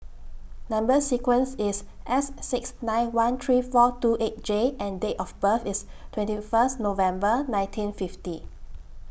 Number sequence IS S six nine one three four two eight J and Date of birth IS twenty First November nineteen fifty